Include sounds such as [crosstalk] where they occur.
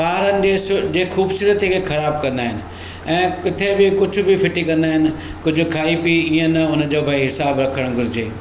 पहाड़नि ॾेसु [unintelligible] जे ख़ूबसूरतीअ खे ख़राबु कंदा आहिनि ऐं किथे बि कुझु बि फिटी कंदा आहिनि कुझु खाई पी इअं न उनजो हिसाबु रखणु घुरिजे